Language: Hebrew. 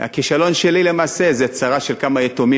הכישלון שלי למעשה זה צרה של כמה יתומים